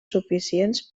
suficients